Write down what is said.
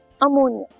ammonia